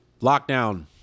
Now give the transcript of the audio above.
Lockdown